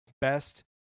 best